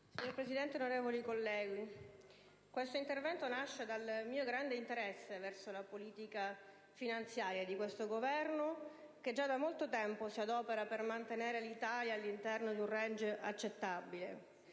Signora Presidente, onorevoli colleghi, questo intervento nasce dal mio grande interesse verso la politica finanziaria di questo Governo, che già da molto tempo si adopera per mantenere l'Italia all'interno di un *range* accettabile